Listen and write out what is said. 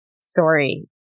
story